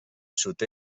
sud